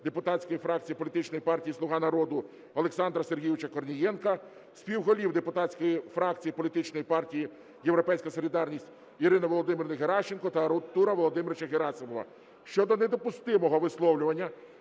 депутатської фракції політичної партії "Слуга народу" Олександра Сергійовича Корнієнка, співголів депутатської фракції політичної партії "Європейська солідарність" Ірини Володимирівни Геращенко та Артура Володимировича Герасимова щодо недопустимого висловлювання,